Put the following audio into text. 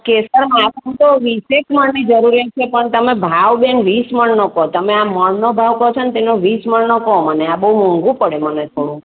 કેસર આમ તો વીસેક મણની જરૂરિયાત છે પણ તમે ભાવ બેન વીસ મણનો કહો તમે આમ મણનો ભાવ કહો છો ને તો એનો વીસ મણનો કહો મને આ બહુ મોંઘું પડે મને તો